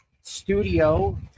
Studio